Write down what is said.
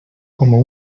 como